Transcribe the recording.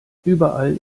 überall